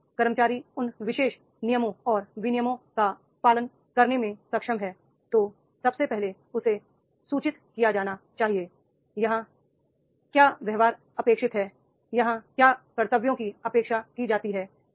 यदि कर्मचारी उन विशेष नियमों और विनियमों का पालन करने में सक्षम है तो सबसे पहले उसे सूचित किया जाना चाहिए यहाँ क्या व्यवहार अपेक्षित है यहाँ क्या कर्तव्यों की अपेक्षा की जाती है